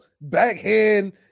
backhand